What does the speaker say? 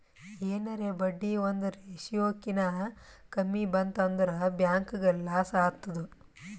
ಎನಾರೇ ಬಡ್ಡಿ ಒಂದ್ ರೇಶಿಯೋ ಕಿನಾ ಕಮ್ಮಿ ಬಂತ್ ಅಂದುರ್ ಬ್ಯಾಂಕ್ಗ ಲಾಸ್ ಆತ್ತುದ್